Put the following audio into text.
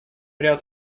ряд